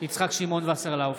יצחק שמעון וסרלאוף,